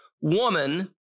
woman